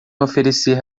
oferecer